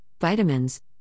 vitamins